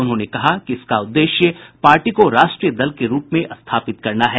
उन्होंने कहा कि इसका उद्देश्य पार्टी को राष्ट्रीय दल के रूप में स्थापित करना है